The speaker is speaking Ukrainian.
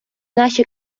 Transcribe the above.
наші